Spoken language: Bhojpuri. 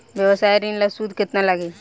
व्यवसाय ऋण ला सूद केतना लागी?